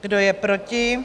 Kdo je proti?